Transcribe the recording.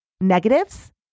negatives